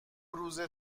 روزه